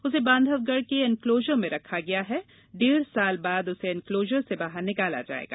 उसे बांधवगढ़ के इनक्लोजर मे रखा गया डेढ़ साल बाद उसे इनक्लोजर से बाहर निकाला जायेगा